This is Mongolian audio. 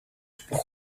бүх